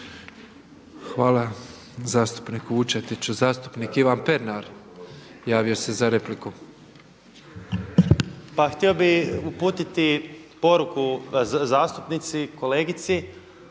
Hvala zastupniku Vučetiću. Zastupnik Ivan Pernar javio se za repliku. **Pernar, Ivan (Abeceda)** Pa htio bih uputiti poruku zastupnici kolegici.